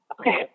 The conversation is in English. Okay